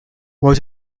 was